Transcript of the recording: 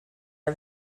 are